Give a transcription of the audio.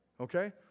okay